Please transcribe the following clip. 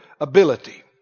ability